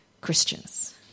Christians